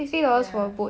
yeah